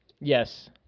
Yes